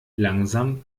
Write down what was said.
langsam